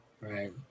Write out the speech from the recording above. Right